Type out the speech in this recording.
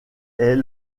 est